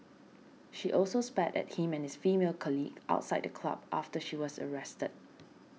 she also spat at him and his female colleague outside the club after she was arrested